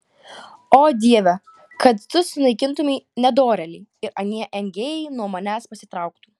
o dieve kad tu sunaikintumei nedorėlį ir anie engėjai nuo manęs pasitrauktų